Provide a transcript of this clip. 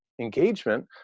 engagement